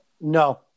No